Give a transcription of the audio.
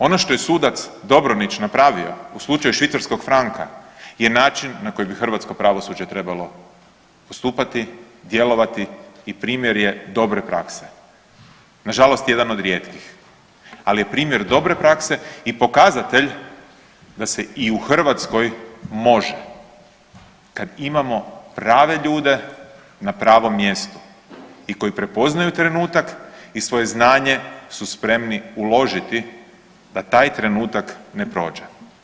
Ono što je sudac Dobronić napravio u slučaju švicarskog franka je način na koji bi hrvatsko pravosuđe trebalo postupati, djelovati i primjer je dobre prakse, nažalost jedan od rijetkih, ali je primjer dobre prakse i pokazatelj da se i u Hrvatskoj može kad imamo prave ljude na pravom mjestu i koji prepoznaju trenutak i svoje znanje su spremni uložiti da taj trenutak ne prođe.